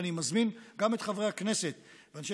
ואני מזמין גם את חברי הכנסת ואנשי